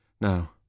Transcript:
Now